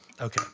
Okay